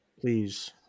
Please